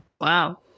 Wow